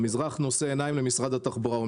האזרח נושא עיניים למשרד התחבורה,